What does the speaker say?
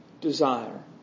desire